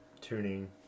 tuning